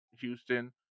Houston